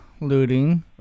Looting